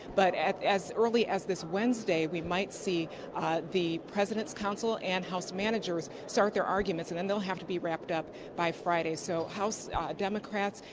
but as early as this wednesday, we might see the president's counsel and house managers start their arguments. and then they will have to be wrapped up by friday. so, house democrats,